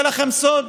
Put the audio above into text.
ואני אגלה לכם סוד,